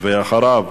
אחריו